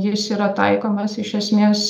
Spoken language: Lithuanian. jis yra taikomas iš esmės